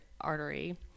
artery